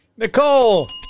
Nicole